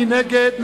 מי נגד?